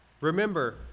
Remember